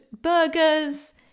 burgers